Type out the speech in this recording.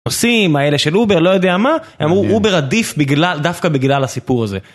נוסעים, האלה של אובר, לא יודע מה. הם אמרו, אובר עדיף בגלל, דווקא בגלל הסיפור הזה.